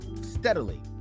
steadily